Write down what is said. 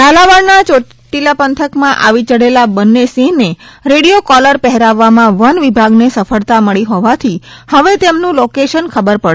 ઝાલાવાડના ચોટીલા પંથકમાં આવી ચડેલા બંને સિંહનેરેડિયો કોલર પહેરાવવામાં વન વિભાગને સફળતા મળી હોવાથી હવે તેમનું લોકેશન ખબર પડશે